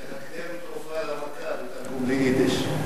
זה הקדם תרופה למכה, בתרגום מיידיש.